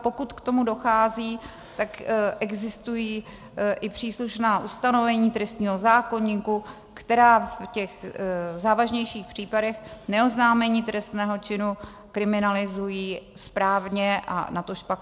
Pokud k tomu dochází, tak existují i příslušná ustanovení trestního zákoníku, která v těch závažnějších případech neoznámení trestného činu kriminalizují správně, natož pak nepřekaženě.